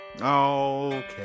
Okay